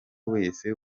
wese